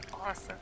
Awesome